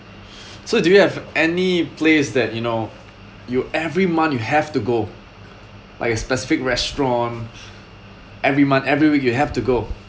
so do you have any place that you know you every month you have to go like a specific restaurant every month every week you have to go